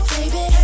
Baby